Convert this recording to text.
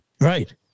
Right